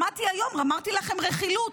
שמעתי היום, אמרתי לכם, רכילות.